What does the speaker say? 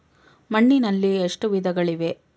ಮಣ್ಣಿನಲ್ಲಿ ಎಷ್ಟು ವಿಧಗಳಿವೆ?